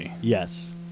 Yes